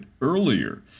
earlier